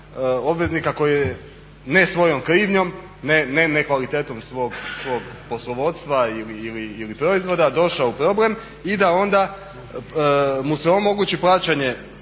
obveznika koji je ne svojom krivnjom ne nekvalitetnom svog poslovodstva ili proizvoda došao u problem i da mu se omogući plaćanje